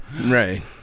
Right